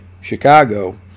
Chicago